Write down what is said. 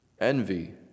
envy